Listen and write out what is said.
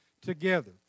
together